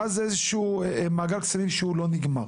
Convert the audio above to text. ואז זה איזשהו מעגל קסמים שהוא לא נגמר.